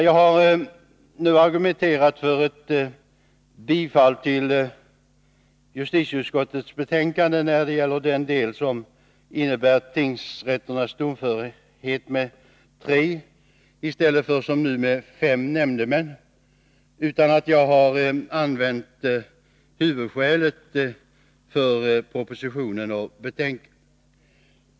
Jag har nu argumenterat för ett bifall till hemställan i justitieutskottets betänkande när det gäller den del som innebär tingsrätternas domförhet med tre i stället för som nu med fem nämndemän, utan att jag har använt huvudskälet för propositionen och betänkandet.